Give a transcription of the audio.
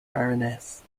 baroness